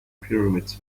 pyramids